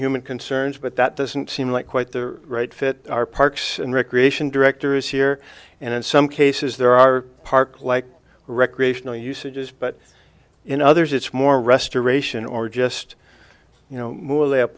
human concerns but that doesn't seem like quite the right fit are parks and recreation directors here and in some cases there are park like recreational usages but in others it's more restoration or just you know mor